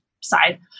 side